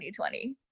2020